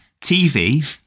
TV